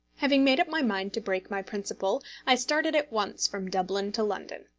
having made up my mind to break my principle, i started at once from dublin to london.